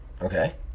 Okay